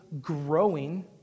growing